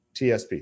TSP